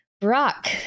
Brock